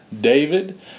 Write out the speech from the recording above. David